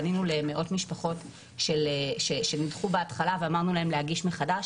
פנינו למאות משפחות שנדחו בהתחלה ואמרנו להם להגיש מחדש,